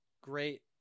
great